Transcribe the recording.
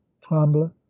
tremble